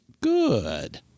Good